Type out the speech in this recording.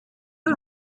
sie